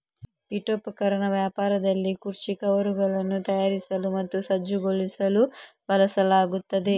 ಪೀಠೋಪಕರಣ ವ್ಯಾಪಾರದಲ್ಲಿ ಕುರ್ಚಿ ಕವರ್ಗಳನ್ನು ತಯಾರಿಸಲು ಮತ್ತು ಸಜ್ಜುಗೊಳಿಸಲು ಬಳಸಲಾಗುತ್ತದೆ